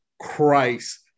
Christ